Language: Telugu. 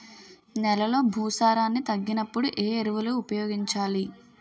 నెలలో భూసారాన్ని తగ్గినప్పుడు, ఏ ఎరువులు ఉపయోగించాలి?